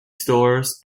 stores